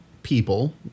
people